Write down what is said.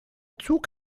zug